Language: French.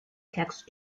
textes